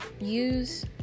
use